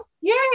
Yay